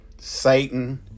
satan